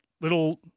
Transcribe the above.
little